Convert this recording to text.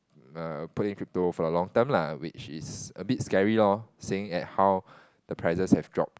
err put in crypto for a long time lah which is a bit scary lor seeing at how the prices have dropped